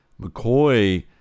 McCoy